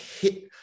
hit